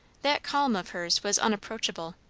that calm of hers was unapproachable.